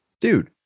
dude